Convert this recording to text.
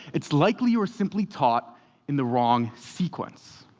it's likely you were simply taught in the wrong sequence.